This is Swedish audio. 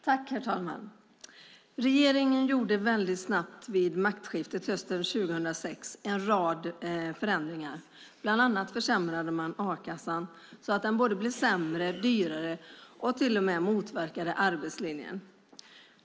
Herr talman! Regeringen gjorde snabbt vid maktskiftet hösten 2006 en rad förändringar, bland annat förändrade man a-kassan så att den blev både sämre, dyrare och motverkade arbetslinjen.